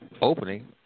opening